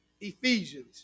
Ephesians